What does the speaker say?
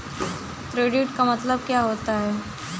Credit का मतलब क्या होता है?